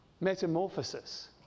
metamorphosis